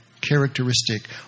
characteristic